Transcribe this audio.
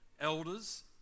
elders